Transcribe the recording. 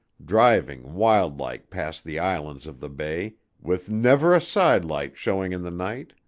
driving wild-like past the islands of the bay, with never a side-light showing in the night,